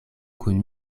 kun